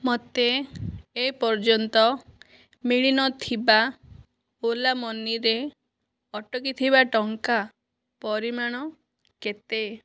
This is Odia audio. ମୋତେ ଏ ପର୍ଯ୍ୟନ୍ତ ମିଳି ନଥିବା ଓଲା ମନି ରେ ଅଟକି ଥିବା ଟଙ୍କା ପରିମାଣ କେତେ